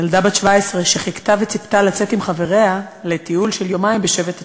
ילדה בת 17 שחיכתה וציפתה לצאת עם חבריה בשבט "הצופים"